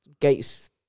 gates